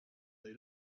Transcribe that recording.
they